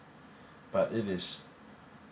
but it is